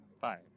Five